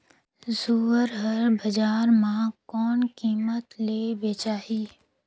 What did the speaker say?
सुअर हर बजार मां कोन कीमत ले बेचाही?